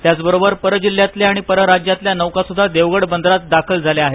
त्याचबरोबर परजिल्ह्यातल्या आणि परराज्यातल्या नौकासुद्धा देवगड बंदरात दाखल झाल्या आहेत